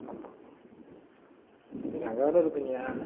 ஆமாம் நீங்கள் அங்கேதான இருப்பீங்க